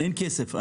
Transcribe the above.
אין כסף.